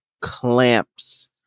clamps